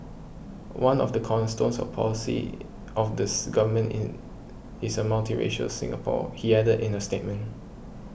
one of the cornerstones of policy of this Government in is a multiracial Singapore he added in a statement